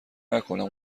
نکنم